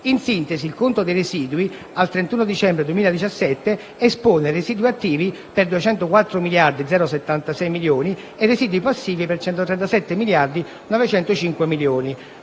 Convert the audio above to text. In sintesi, il conto dei residui al 31 dicembre 2017, espone residui attivi per 204.076 milioni di euro e residui passivi per 137.905 milioni